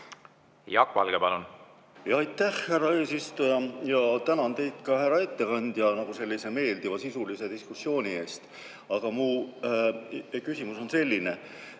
Aitäh, härra eesistuja! Ja tänan teid ka, härra ettekandja, sellise meeldiva sisulise diskussiooni eest! Aga mu küsimus on selline.